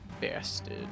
Bastard